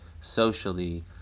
socially